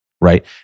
right